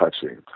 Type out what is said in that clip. touching